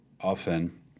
often